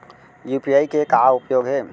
UPI के का उपयोग हे?